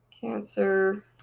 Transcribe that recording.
Cancer